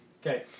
Okay